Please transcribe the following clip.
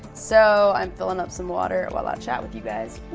so, i'm filling up some water while i chat with you guys.